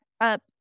up